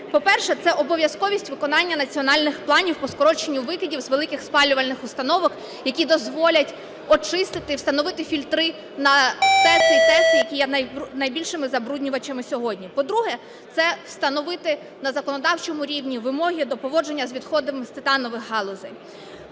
По-перше, це обов'язковість виконання національних планів по скороченню викидів з великих спалювальних установок, які дозволять очистити, встановити фільтри на ТЕЦ і ТЕС, які є найбільшими забруднювачами сьогодні. По-друге, це встановити на законодавчому рівні вимоги до поводження з відходами з титанових галузей.